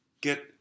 get